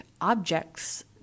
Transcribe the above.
objects